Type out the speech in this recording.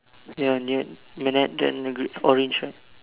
near near near at the orange goods right